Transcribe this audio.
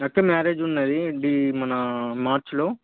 అక్క మ్యారేజ్ ఉన్నది డి మన మార్చ్లో